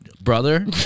Brother